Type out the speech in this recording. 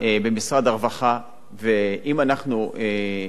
ואם אנחנו רוצים באמת לתת מענה,